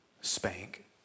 spank